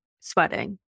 sweating